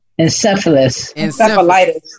Encephalitis